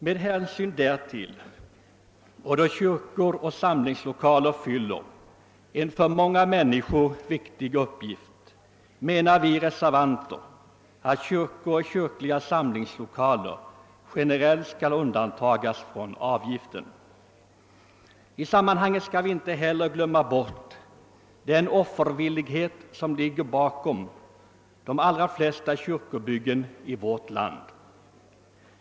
Med hänsyn därtill, liksom till att kyrkor och kyrkliga samlingslokaler fyller en för många människor viktig uppgift, menar vi reservanter att sådana byggen generellt skall undantas från avgiften. I sammanhanget skall vi inte heller glömma bort den offervillighet som ligger bakom de allra flesta kyrkobyggen i vårt land.